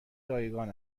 رایگان